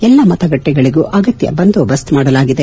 ಎಲ್ಲಾ ಮತ ಗಟ್ಟೆಗಳಿಗೂ ಆಗತ್ಯ ಬಂದೋಬಸ್ತ್ ಮಾಡಲಾಗಿದೆ